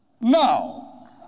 Now